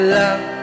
love